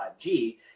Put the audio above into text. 5G